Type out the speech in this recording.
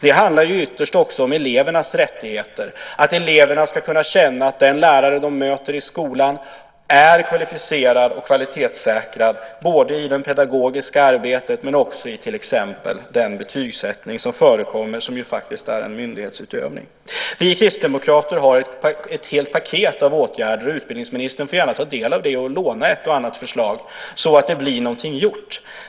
Det handlar också ytterst om elevernas rättigheter, att eleverna ska kunna känna att den lärare de möter i skolan är kvalificerad och kvalitetssäkrad, både i det pedagogiska arbetet och i den betygssättning som förekommer, som ju är en myndighetsutövning. Vi kristdemokrater har ett helt paket av åtgärder, och utbildningsministern får gärna ta del av det och låna ett och annat förslag så att det blir någonting gjort.